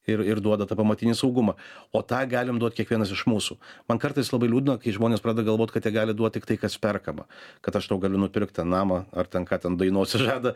ir ir duoda tą pamatinį saugumą o tą galim duot kiekvienas iš mūsų man kartais labai liūdna kai žmonės pradeda galvot kad jie gali duot tik tai kas perkama kad aš tau galiu nupirk tą namą ar ten ką ten dainose žada